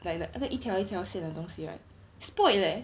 like the 那个一条一条线的东西 right spoilt leh